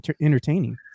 entertaining